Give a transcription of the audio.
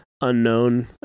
unknown